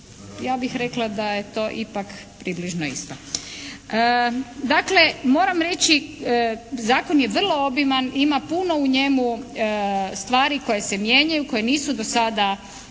ja bih rekla da je to ipak približno isto. Dakle, moram reći zakon je vrlo obiman i ima puno u njemu stvari koje se mijenjaju, koje nisu dosada